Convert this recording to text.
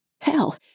Hell